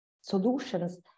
solutions